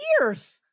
years